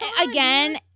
again